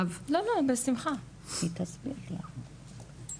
אנחנו נשמח אם תרצו לפרט מה שאנחנו יודעים,